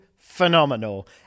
Phenomenal